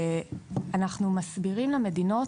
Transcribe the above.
אנחנו מסבירים למדינות